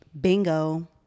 Bingo